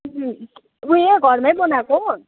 उयो घरमा बनाएको